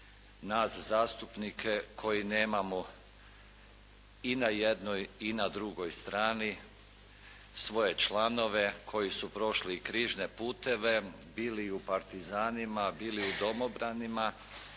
nas zastupnike koji nemamo i na jednoj i na drugoj strani svoje članove koji su prošli križne puteve, bili i u partizanima, bili i u domobranima.